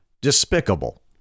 despicable